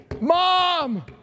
Mom